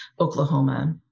Oklahoma